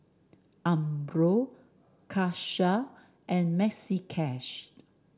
Umbro Karcher and Maxi Cash